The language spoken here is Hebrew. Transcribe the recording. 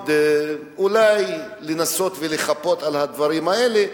אולי לנסות ולחפות על הדברים האלה,